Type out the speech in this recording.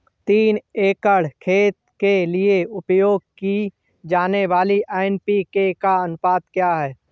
तीन एकड़ खेत के लिए उपयोग की जाने वाली एन.पी.के का अनुपात क्या है?